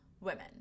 women